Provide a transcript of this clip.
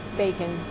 bacon